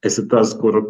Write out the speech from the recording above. esi tas kur